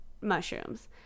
mushrooms